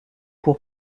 pour